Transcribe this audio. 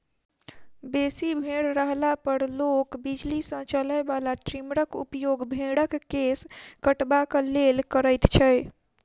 बेसी भेंड़ रहला पर लोक बिजली सॅ चलय बला ट्रीमरक उपयोग भेंड़क केश कटबाक लेल करैत छै